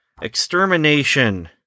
Extermination